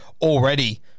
already